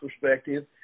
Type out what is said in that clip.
perspective